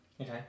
okay